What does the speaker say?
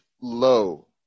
low